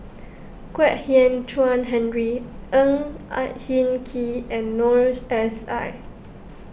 Kwek Hian Chuan Henry Ang I Hin Kee and Noor S I